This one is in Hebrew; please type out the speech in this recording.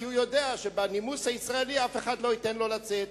כי הוא יודע שבנימוס הישראלי אף אחד לא ייתן לו לצאת.